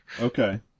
okay